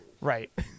Right